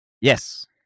Yes